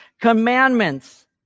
commandments